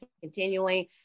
continuing